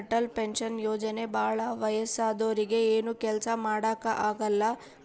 Atal pension ಯೋಜನೆ ಭಾಳ ವಯಸ್ಸಾದೂರಿಗೆ ಏನು ಕೆಲ್ಸ ಮಾಡಾಕ ಆಗಲ್ಲ